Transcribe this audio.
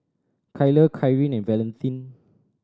Kyla Karyn and Valentin